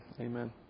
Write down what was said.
Amen